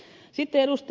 sitten ed